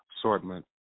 assortment